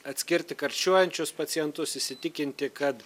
atskirti karščiuojančius pacientus įsitikinti kad